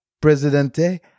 Presidente